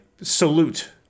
salute